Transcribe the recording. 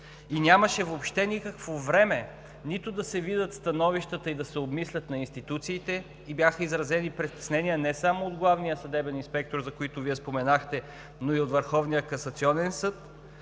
и нямаше никакво време нито да се видят, нито да се обмислят становищата на институциите. Бяха изразени притеснения не само от главния съдебен инспектор, за който Вие споменахте, но и от Върховния касационен съд.